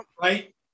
Right